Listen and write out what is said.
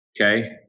Okay